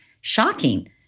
shocking